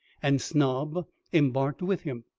and snob embarked with him.